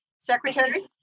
Secretary